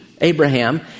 Abraham